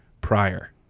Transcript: prior